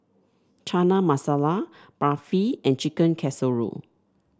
Chana Masala Barfi and Chicken Casserole